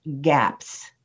gaps